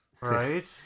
Right